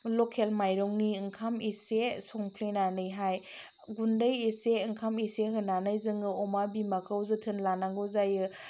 लखेल माइरंनि ओंखाम एसे संफ्लेनानैहाय गुन्दै एसे ओंखाम एसे होनानै जोङो अमा बिमाखौ जोथोन लानांगौ जायो